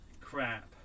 crap